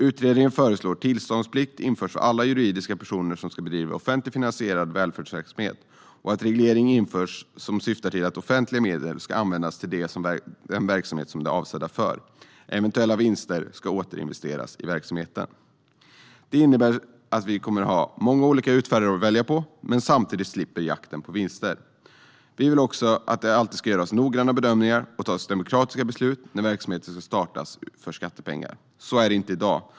Utredningen föreslår att tillståndsplikt införs för alla juridiska personer som ska bedriva offentligt finansierad välfärdsverksamhet och att en reglering införs som syftar till att offentliga medel ska användas till den verksamhet som de är avsedda för. Eventuella vinster ska återinvesteras i verksamheten. Det innebär att vi kommer att ha många olika utförare att välja på men samtidigt slipper jakten på vinster. Vi vill också att det alltid ska göras noggranna bedömningar och fattas demokratiska beslut när verksamheter ska startas för skattepengar. Så är det inte i dag.